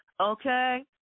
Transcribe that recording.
Okay